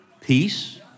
peace